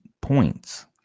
points